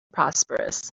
prosperous